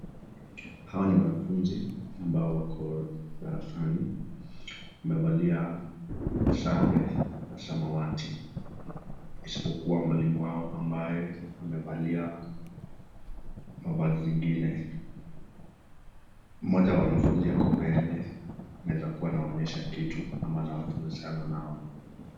Hao ni wanafunzi na wako darasani, wamevalia sare ya samawati, isipokuwa mwalimu wao. Ambaye amevalia mavazi zingine . Moja wa wanafunzi ako mbele, anaweza kuwa anaonyesha kitu anawafunzana nao.